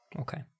Okay